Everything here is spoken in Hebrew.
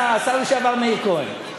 השר לשעבר מאיר כהן.